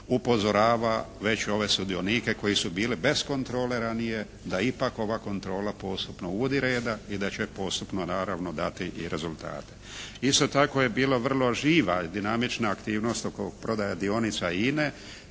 upozorava već ove sudionike koji su bili bez kontrole ranije da ipak ova kontrola postupno uvodi reda i da će postupno naravno dati i rezultate. Isto tako je bila vrlo živa i dinamična aktivnost oko prodaje dionica INA-e